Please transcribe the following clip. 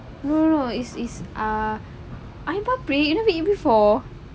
no no no it's it's ah ayam paprik you never eat before